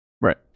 Right